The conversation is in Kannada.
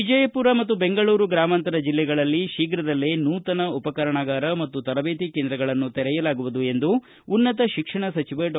ವಿಜಯಪುರ ಮತ್ತು ಬೆಂಗಳೂರು ಗ್ರಾಮಾಂತರ ಜಿಲ್ಲೆಗಳಲ್ಲಿ ತೀಪ್ರದಲ್ಲೇ ನೂತನ ಉಪಕರಣಾಗಾರ ಮತ್ತು ತರಬೇತಿ ಕೇಂದ್ರಗಳನ್ನು ತೆರೆಯಲಾಗುವುದು ಎಂದು ಉನ್ನತ ಶಿಕ್ಷಣ ಸಚಿವ ಡಾ